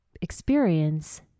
experience